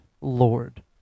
Lord